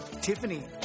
Tiffany